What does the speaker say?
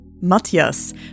Matthias